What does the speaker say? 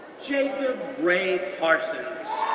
jacob ray parsons,